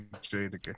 Jade